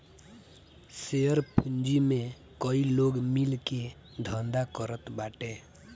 share पूंजी में कई लोग मिल के धंधा करत बाटे